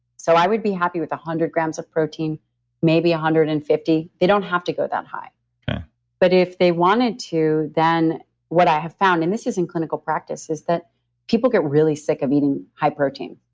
so i would be happy with the one hundred grams of protein maybe one ah hundred and fifty. they don't have to go that high but if they wanted to, then what i have found and this is in clinical practice is that people get really sick of eating high protein.